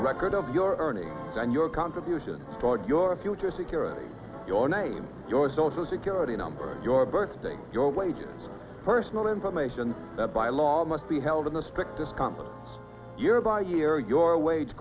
a record of your earnings and your contribution toward your future security your name your social security number your birthday your wages personal information that by law must be held in the strictest confidence year by year your wage